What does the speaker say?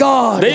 God